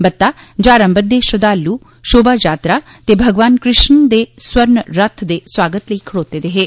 बता हज़ारा बददे श्रद्धाल् शोभा यात्रा ते भगवान कृष्ण दे स्वर्ण रथ दे स्वागत लेई खड़ोते दे हे